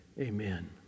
Amen